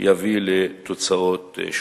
יביאו לתוצאות שונות.